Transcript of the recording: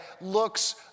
looks